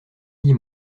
dis